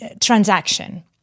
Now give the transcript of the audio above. transaction